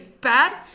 bad